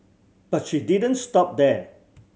but she didn't stop there